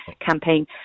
campaign